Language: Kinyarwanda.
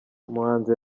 umuhanzi